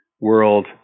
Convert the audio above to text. world